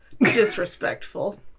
Disrespectful